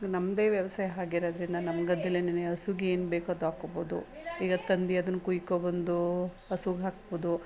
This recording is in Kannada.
ನಮ್ಮದೇ ವ್ಯವಸಾಯ ಆಗಿರೋದ್ರಿಂದ ನಮ್ಮ ಗದ್ದೆಯಲ್ಲೇನೇ ಹಸುಗೇನು ಬೇಕೋ ಅದಾಕ್ಕೊಳ್ಬೋದು ಈಗ ತಂದು ಅದನ್ನ ಕುಯ್ಕೊಂಡ್ಬಂದು ಹಸುಗೆ ಹಾಕ್ಬೋದು